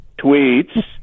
tweets